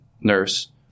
nurse